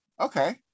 Okay